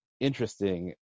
Interesting